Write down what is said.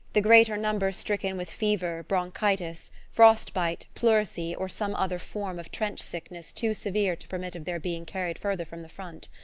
the greater number stricken with fever, bronchitis, frost-bite, pleurisy, or some other form of trench-sickness too severe to permit of their being carried farther from the front.